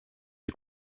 est